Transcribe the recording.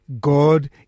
God